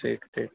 ٹھیک ٹھیک